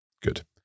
Good